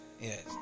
Yes